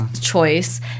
Choice